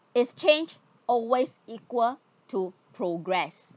is change always equal to progress